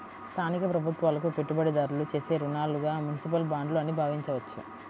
స్థానిక ప్రభుత్వాలకు పెట్టుబడిదారులు చేసే రుణాలుగా మునిసిపల్ బాండ్లు అని భావించవచ్చు